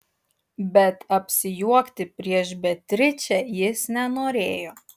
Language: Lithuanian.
bet apsijuokti prieš beatričę jis nenorėjo